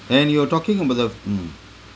and you were talking about the mm